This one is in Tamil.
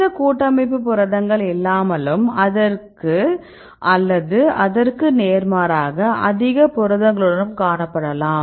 இந்த கூட்டமைப்பு புரதங்கள் இல்லாமலும் அல்லது அதற்கு நேர்மாறாக அதிக புரதங்களுடனும் காணப்படலாம்